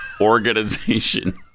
Organization